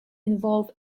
involve